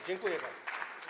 Dziękuję bardzo.